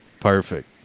Perfect